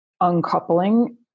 Uncoupling